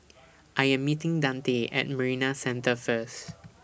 I Am meeting Dante At Marina Centre First